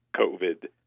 COVID